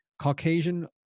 Caucasian